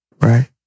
right